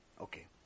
Okay